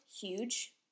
huge